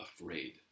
afraid